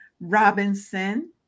Robinson